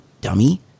Dummy